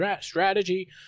strategy